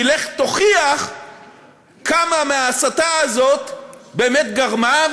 כי לך תוכיח כמה מהשואה ההסתה הזאת באמת גרמה,